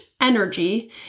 energy